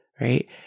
right